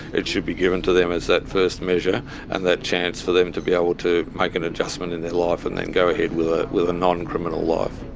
it should be given to them as that first measure and that chance for them to be able to make an adjustment in their life and then go ahead with ah with non-criminal life.